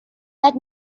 let